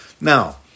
Now